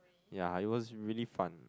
ya it was really fun